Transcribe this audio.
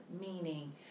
Meaning